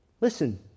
Listen